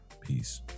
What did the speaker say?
Peace